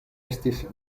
estis